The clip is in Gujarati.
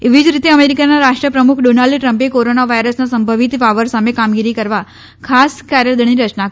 એવી જ રીતે અમેરિકાના રાષ્રપ્રમુખ ડોનાલ્ડ ટ્રમ્પે કોરોના વાયરસના સંભવીત વાવર સામે કામગીરી કરવા ખાસ કાર્યદળની રચના કરી છે